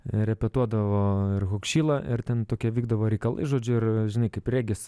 repetuodavo ir hokšila ir ten tokie vykdavo reikalai žodžiu ir žinai kaip regis